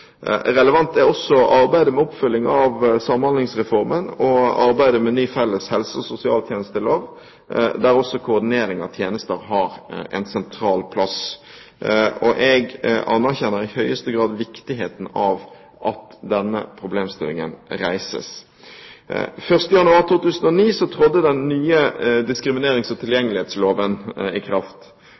Relevant er også arbeidet med oppfølging av Samhandlingsreformen og arbeidet med ny felles helse- og sosialtjenestelov der også koordinering av tjenester har en sentral plass. Og jeg anerkjenner i høyeste grad viktigheten av at denne problemstillingen reises. Den 1. januar 2009 trådte den nye diskriminerings- og tilgjengelighetsloven i kraft.